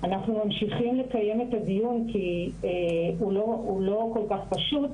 אנחנו ממשיכים לקיים את הדיון כי הוא לא כל-כך פשוט,